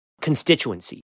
constituency